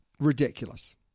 Ridiculous